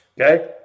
okay